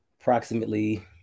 approximately